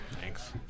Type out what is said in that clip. Thanks